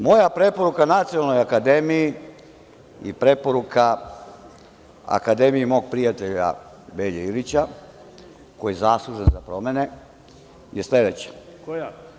Moja preporuka Nacionalnoj akademiji i preporuka akademiji mog prijatelja Velje Ilića, koji je zaslužan za promene, je sledeća.